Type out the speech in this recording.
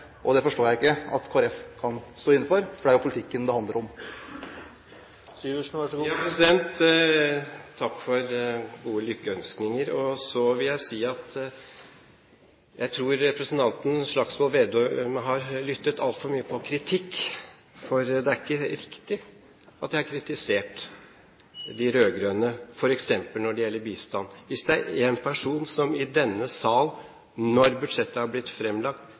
og det forstår jeg ikke at Kristelig Folkeparti kan stå inne for, for det er jo politikken det handler om. Takk for gode lykkønskninger. Jeg tror representanten Slagsvold Vedum har lyttet altfor mye på kritikk, for det er ikke riktig at jeg har kritisert de rød-grønne, f.eks. når det gjelder bistand. Er det én person i denne sal som tvert imot har rost regjeringen, når budsjettet er blitt fremlagt,